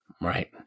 Right